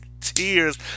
tears